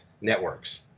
networks